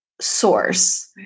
source